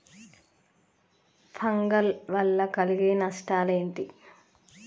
Fungal వల్ల కలిగే నష్టలేంటి?